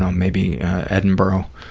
um maybe edinburgh,